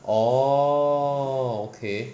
oh okay